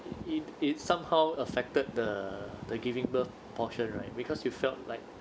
it it somehow affected the the giving birth portion right because you felt like